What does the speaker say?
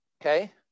Okay